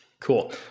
Cool